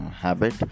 habit